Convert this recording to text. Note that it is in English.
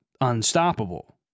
unstoppable